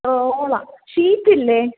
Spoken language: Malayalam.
റോളാ ഷീറ്റില്ലേ